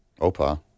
Opa